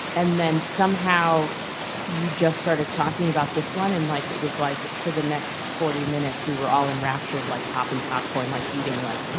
and then somehow you just started talking about this one, and like, it was like for the next forty minutes we were all enraptured like popping popcorn, like eating, like,